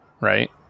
Right